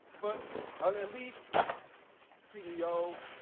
but an elite ceo,